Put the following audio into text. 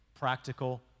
practical